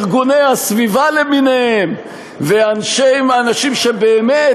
ארגוני הסביבה למיניהם ואנשים שבאמת,